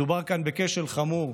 מדובר כאן בכשל חמור.